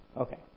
Okay